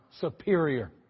superior